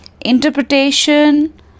interpretation